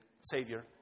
savior